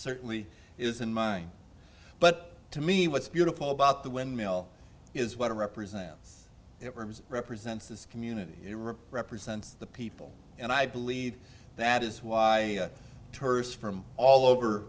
certainly isn't mine but to me what's beautiful about the windmill is what it represents it rim's represents this community represents the people and i believe that is why turse from all over